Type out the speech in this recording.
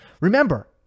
Remember